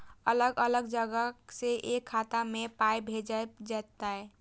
अलग अलग जगह से एक खाता मे पाय भैजल जेततै?